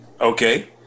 Okay